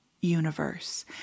universe